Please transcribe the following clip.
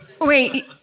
Wait